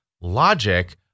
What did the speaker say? logic